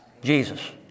Jesus